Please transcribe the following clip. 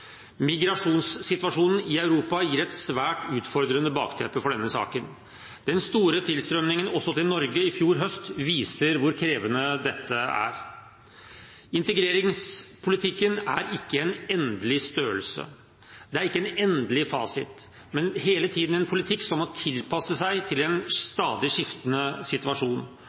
Migrasjonssituasjonen i Europa gir et svært utfordrende bakteppe for denne saken. Den store tilstrømningen også til Norge i fjor høst viser hvor krevende dette er. Integreringspolitikken er ikke en endelig størrelse. Det er ikke en endelig fasit, men en politikk som hele tiden må tilpasse seg en stadig skiftende situasjon.